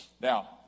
Now